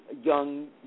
young